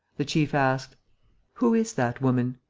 the chief asked who is that woman?